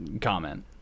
comment